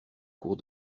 cours